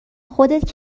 خودت